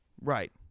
Right